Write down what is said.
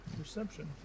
perception